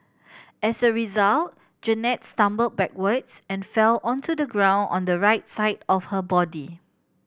as a result Jeannette stumbled backwards and fell onto the ground on the right side of her body